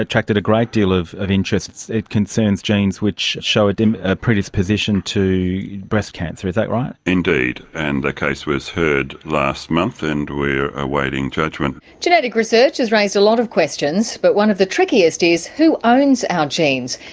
attracted a great deal of of interest. it concerns genes which show a predisposition to breast cancer, is that right? indeed, and the case was heard last month, and we're awaiting judgment. genetic research has raised a lot of questions, but one of the trickiest is, who owns our genes?